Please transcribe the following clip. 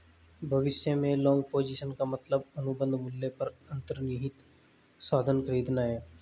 भविष्य में long position का मतलब अनुबंध मूल्य पर अंतर्निहित साधन खरीदना है